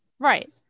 Right